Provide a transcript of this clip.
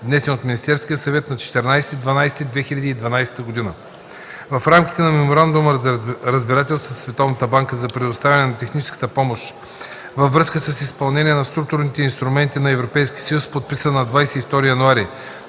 внесен от Министерския съвет на 14 декември 2012 г. В рамките на Меморандума за разбирателство със Световната банка за предоставяне на техническа помощ във връзка с изпълнението на Структурните инструменти на Европейския съюз, подписан на 22 януари